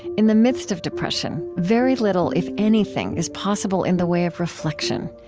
in the midst of depression, very little if anything is possible in the way of reflection.